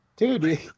Dude